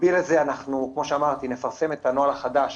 במקביל לזה כמו שאמרתי אנחנו נפרסם את הנוהל החדש,